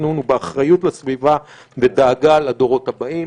התכנון ובאחריות לסביבה בדאגה לדורות הבאים.